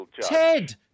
Ted